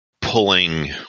pulling